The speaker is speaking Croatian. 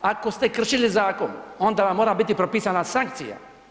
Ako ste kršili zakon, onda vam mora biti propisana sankcija.